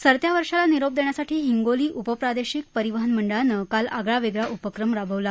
सरत्या वर्षाला निरोप देण्यासाठी हिंगोली उपप्रादेशिक परिवहन मंडळानं काल आगळा वेगळा उपक्रम राबवला